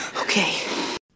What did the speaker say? Okay